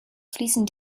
fließen